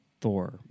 Thor